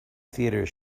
theatre